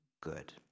good